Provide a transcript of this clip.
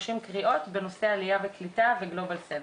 קריאות בנושא עלייה וקליטה וגלובל סנטר.